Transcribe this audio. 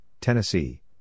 Tennessee